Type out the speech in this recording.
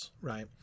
right